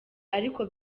ariko